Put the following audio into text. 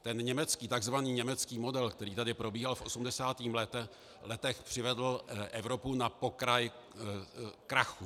Ten německý, takzvaný německý model, který tady probíhal v 80. letech, přivedl Evropu na pokraj krachu.